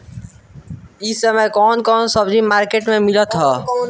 इह समय कउन कउन सब्जी मर्केट में मिलत बा?